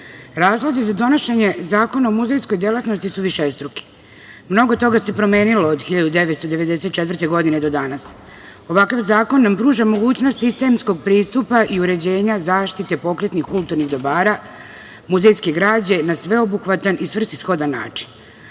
za donošenje Zakona o muzejskoj delatnosti su višestruki. Mnogo toga se promenilo od 1994. godine do danas. Ovakav zakon nam pruža mogućnost sistemskog pristupa i uređenja zaštite pokretnih kulturnih dobara muzejske građe na sveobuhvatan i svrsishodan